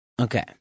Okay